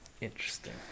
Interesting